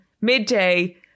midday